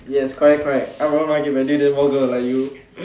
yes correct correct then more girl will like you